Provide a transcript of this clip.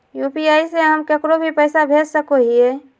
UPI से हम केकरो भी पैसा भेज सको हियै?